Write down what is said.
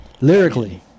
lyrically